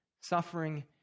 suffering